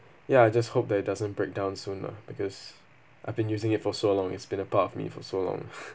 ya I just hope that it doesn't break down soon lah because I've been using it for so long it's been a part of me for so long